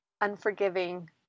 unforgiving